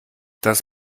das